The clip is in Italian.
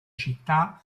città